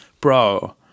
bro